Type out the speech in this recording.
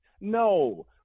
no